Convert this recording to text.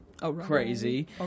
Crazy